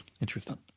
Interesting